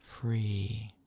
free